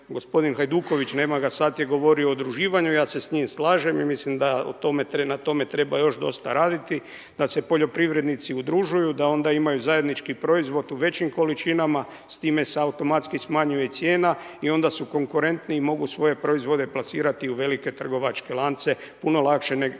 Gospodin Hajduković nema ga sada, je govorio o udruživanju. Ja se s njim slažem i mislim na tome treba još dosta raditi da se poljoprivrednici udružuju da onda imaju zajednički proizvod u većim količinama. S time se automatski smanjuje i cijena i onda su konkurentni i mogu svoje proizvode plasirati u velike trgovačke lance puno lakše nego